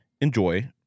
enjoy